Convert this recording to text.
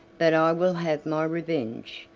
but i will have my revenge.